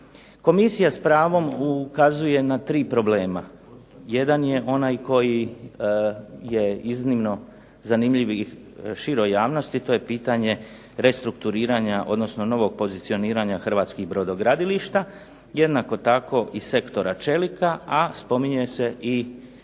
Komisija s pravom ukazuje na tri problema. Jedan je onaj koji je iznimno zanimljiv i široj javnosti. To je pitanje restrukturiranja, odnosno novog pozicioniranja hrvatskih brodogradilišta. Jednako tako i sektora čelika, a spominje se i donošenje